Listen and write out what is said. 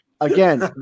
again